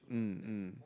mm mm